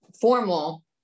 formal